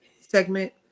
segment